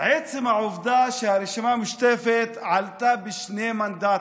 עצם העובדה שהרשימה המשותפת עלתה בשני מנדטים.